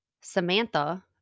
Samantha